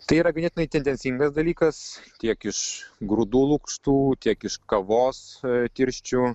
tai yra ganėtinai tendencingas dalykas tiek iš grūdų lukštų tiek iš kavos tirščių